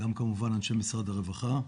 גם כמובן אנשי משרד הרווחה.